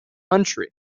country